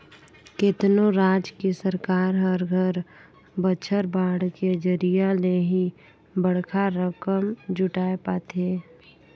केतनो राज के सरकार हर हर बछर बांड के जरिया ले ही बड़खा रकम जुटाय पाथे